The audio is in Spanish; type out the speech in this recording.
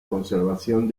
conservación